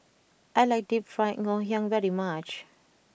I like Deep Fried Ngoh Hiang very much